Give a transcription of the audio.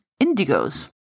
indigos